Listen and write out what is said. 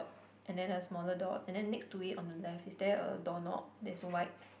and then a smaller dot and then next to it on the left is there a doorknob that's whites